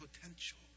potential